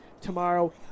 tomorrow